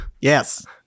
Yes